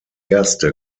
erste